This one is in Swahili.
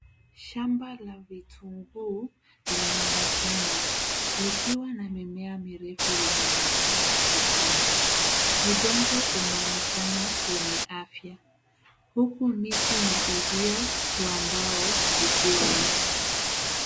Shamba la vitunguu linaonekana likiwa na mimea mirefu yenye majani ya kijani. Udongo unaonekana wenye afya huku miti na uzio wa mbao vikiwa nyuma.